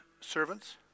servants